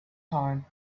time